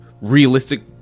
realistic